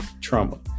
trauma